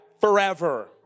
forever